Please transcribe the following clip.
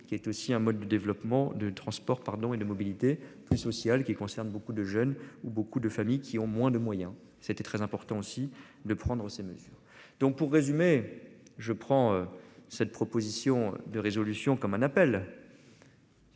Qui est aussi un mode de développement de transports pardon et de mobilité, plus social, qui concerne beaucoup de jeunes où beaucoup de familles qui ont moins de moyens. C'était très important aussi de prendre ces mesures. Donc pour résumer, je prends cette proposition de résolution comme un appel.--